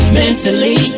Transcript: mentally